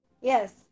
Yes